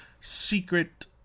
secret